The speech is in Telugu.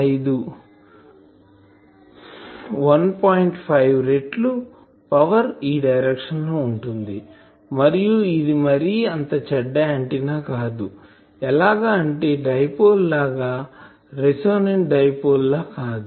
5 రెట్లు పవర్ ఈ డైరెక్షన్ లో ఉంటుంది మరియు ఇది మరి అంత చెడ్డ ఆంటిన్నా కాదు ఎలాగ అంటే డై పోల్ లాగా రెసోనెంట్ డైపోల్ లా కాదు